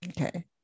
okay